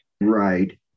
Right